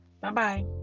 Bye-bye